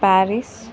Paris